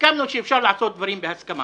הסכמנו שאפשר לעשות דברים בהסכמה